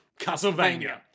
Castlevania